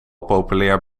populair